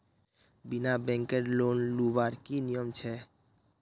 बिना बैंकेर लोन लुबार की नियम छे?